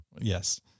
Yes